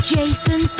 Jason